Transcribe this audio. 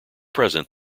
present